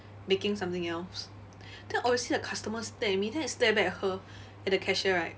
making something else then obviously the customers stare at me then I stare back at her at the cashier right